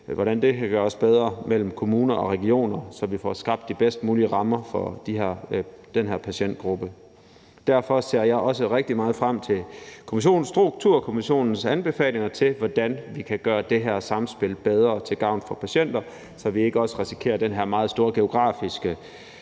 hvordan samspillet mellem kommuner og regioner kan gøres bedre, så vi får skabt de bedst mulige rammer for den her patientgruppe. Derfor ser jeg også rigtig meget frem til Sundhedsstrukturkommissionens anbefalinger til, hvordan vi kan gøre det her samspil bedre til gavn for patienterne, så vi ikke også risikerer den her meget store geografiske